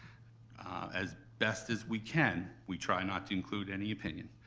as best as we can, we try not to include any opinion.